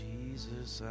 Jesus